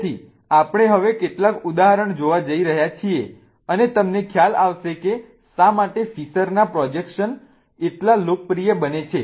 તેથી આપણે હવે કેટલાક ઉદાહરણો જોવા જઈ રહ્યા છીએ અને તમને ખ્યાલ આવશે કે શા માટે ફિશરના પ્રોજેકશન્સ એટલા લોકપ્રિય બને છે